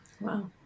Wow